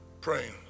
praying